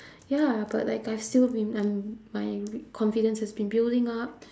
ya but like I've still been I'm my confidence has been building up